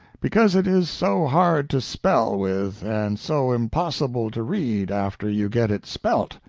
because it is so hard to spell with and so impossible to read after you get it spelt.